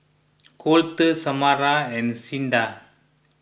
Colter Samara and Cinda